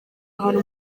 ahantu